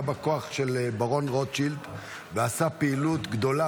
היה בא כוח של הברון רוטשילד ועשה פעילות גדולה